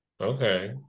Okay